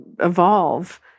evolve